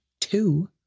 two